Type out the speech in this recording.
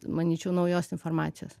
manyčiau naujos informacijos